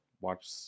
watch